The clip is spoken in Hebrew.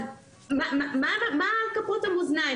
אז מה על כפות המאזניים?